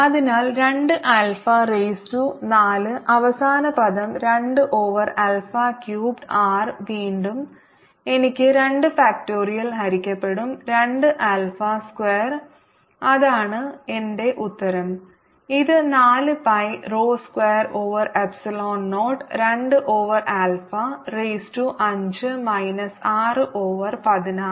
അതിനാൽ 2 alpha raise to 4 അവസാന പദം 2 ഓവർ ആൽഫ ക്യൂബ്ഡ് r വീണ്ടും എനിക്ക് 2 ഫാക്റ്റോറിയൽ ഹരിക്കപ്പെടും 2 ആൽഫ സ്ക്വയർ അതാണ് എന്റെ ഉത്തരം ഇത് 4 pi rho square over epsilon 0 2 over alpha raise to 5 minus 6 over 16